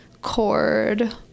cord